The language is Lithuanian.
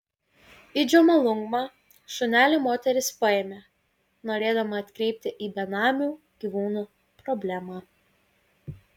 į džomolungmą šunelį moteris paėmė norėdama atkreipti į benamių gyvūnų problemą